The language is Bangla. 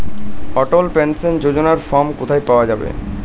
অটল পেনশন যোজনার ফর্ম কোথায় পাওয়া যাবে?